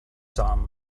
some